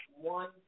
one